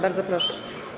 Bardzo proszę.